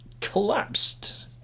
collapsed